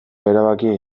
erabakiei